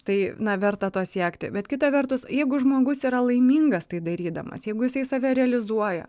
tai na verta to siekti bet kita vertus jeigu žmogus yra laimingas tai darydamas jeigu jisai save realizuoja